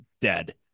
dead